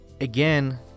again